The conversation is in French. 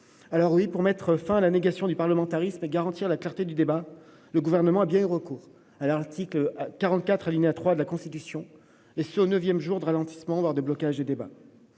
Alors, oui, pour mettre fin à la négation du parlementarisme et garantir la clarté du débat, le Gouvernement a eu recours à l'article 44, alinéa 3, de la Constitution, et cela au neuvième jour de ralentissement, voire de blocage, des débats.